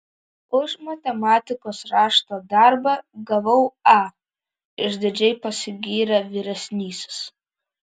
už matematikos rašto darbą gavau a išdidžiai pasigyrė vyresnysis